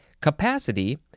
capacity